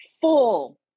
full